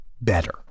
better